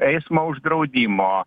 eismo uždraudimo